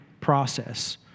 process